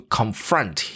confront